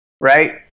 right